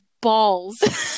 balls